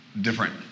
different